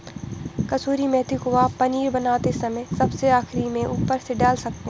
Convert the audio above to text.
कसूरी मेथी को आप पनीर बनाते समय सबसे आखिरी में ऊपर से डाल सकते हैं